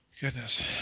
Goodness